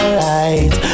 right